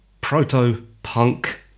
proto-punk